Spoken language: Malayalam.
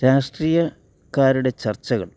രാഷ്ട്രീയക്കാരുടെ ചർച്ചകൾ